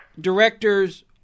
directors